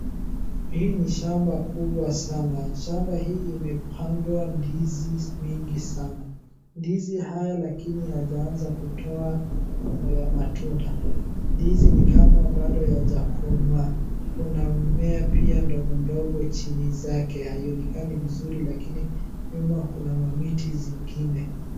Hii ni shamba kubwa sana. Shamba hii imepandwa ndizi mingi sana. Ndizi haya lakini yajaanza kutoa matunda. Ndizi ni kama bado yajakomaa. Kuna mmea pia ndogondogo chini zake, haionekani vizuri lakini nyuma kuna mamiti zingine